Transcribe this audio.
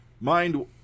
mind